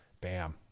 Bam